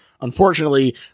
Unfortunately